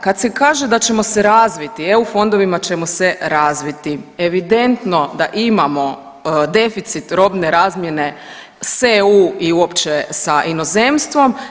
Kad se kaže da ćemo se razviti, EU fondovima ćemo se razviti evidentno da imamo deficit robne razmjene sa EU i uopće sa inozemstvom.